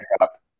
up